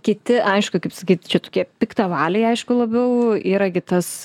kiti aišku kaip sakyti čia tokie piktavaliai aišku labiau yra gi tas